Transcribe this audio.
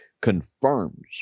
confirms